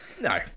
No